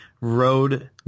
road